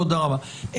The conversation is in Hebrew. תודה רבה.